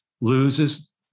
loses